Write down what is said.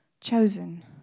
chosen